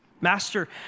Master